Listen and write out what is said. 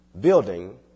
building